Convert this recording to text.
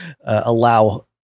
allow